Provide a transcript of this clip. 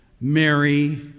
Mary